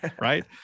right